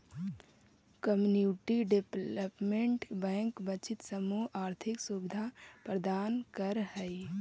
community development bank वंचित समूह के आर्थिक सुविधा प्रदान करऽ हइ